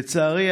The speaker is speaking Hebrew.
לצערי,